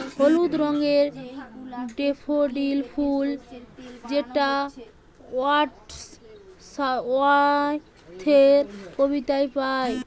হলুদ রঙের ডেফোডিল ফুল যেটা ওয়ার্ডস ওয়ার্থের কবিতায় পাই